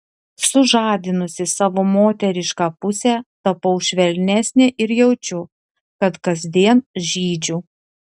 sužadinusi savo moterišką pusę tapau švelnesnė ir jaučiu kad kasdien žydžiu